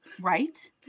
Right